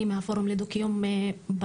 אני מהפורום לדו קיום בנגב.